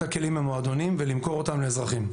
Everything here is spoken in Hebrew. הכלים מהמועדונים ולמכור אותם לאזרחים.